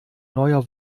neuer